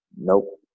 nope